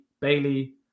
Bailey